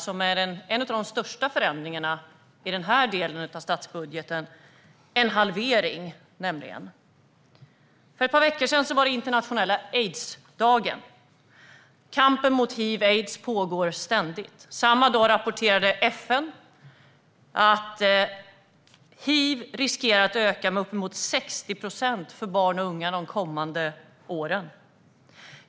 Det gäller en av de största förändringarna i den här delen av statsbudgeten, nämligen en halvering. För ett par veckor sedan var det internationella aidsdagen. Kampen mot hiv/aids pågår ständigt. Samma dag rapporterade FN att hiv riskerar att öka med uppemot 60 procent hos barn och unga de kommande åren.